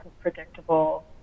predictable